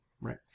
right